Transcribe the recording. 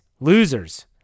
losers